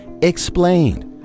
explained